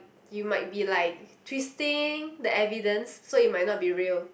you might be like twisting the evidence so it might not be real